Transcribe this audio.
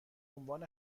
عنوان